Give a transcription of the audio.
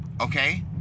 Okay